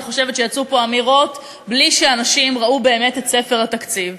אני חושבת שיצאו פה אמירות בלי שאנשים ראו באמת את ספר התקציב.